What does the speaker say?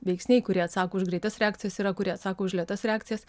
veiksniai kurie atsako už greitas reakcijas yra kurie sako už lėtas reakcijas